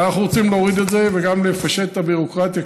אנחנו רוצים להוריד את זה וגם לפשט את הביורוקרטיה,